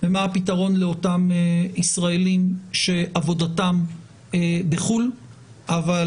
ומה הפתרון לאותם ישראלים שעבודתם בחוץ לארץ אבל